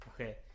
Okay